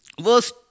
Verse